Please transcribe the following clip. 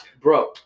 Bro